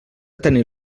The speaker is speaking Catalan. tenir